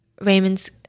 Raymond's